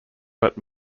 but